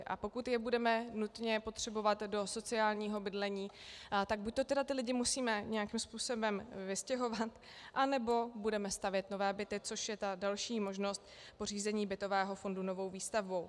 A pokud je budeme nutně potřebovat do sociálního bydlení, tak buď ty lidi musíme nějakým způsobem vystěhovat, anebo budeme stavět nové byty, což je ta další možnost pořízení nového bytu novou výstavbou.